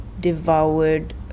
devoured